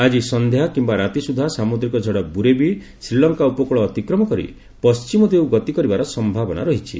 ଆକି ସଂଧ୍ୟା କିମ୍ବା ରାତି ସୁଦ୍ଧା ସାମୁଦ୍ରିକ ଝଡ ବୁରେବି ଶ୍ରୀଲଙ୍କା ଉପକୂଳ ଅତିକ୍ରମ କରି ପଣ୍ଢିମ ଦିଗକୁ ଗତି କରିବାର ସମ୍ଭାବନା ରହିଛି